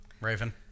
Raven